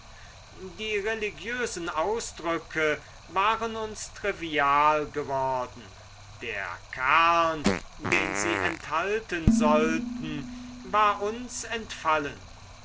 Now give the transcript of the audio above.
die religiösen ausdrücke waren uns trivial geworden der kern den sie enthalten sollten war uns entfallen